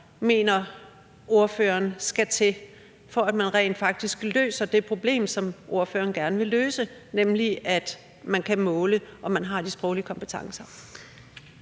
mener ordføreren der skal til, for at man rent faktisk løser det problem, som ordføreren gerne vil løse, nemlig at man kan måle, om de har de sproglige kompetencer?